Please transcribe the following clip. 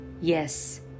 yes